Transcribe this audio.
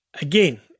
Again